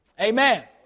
Amen